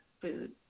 food